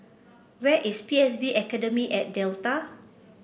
where is P S B Academy at Delta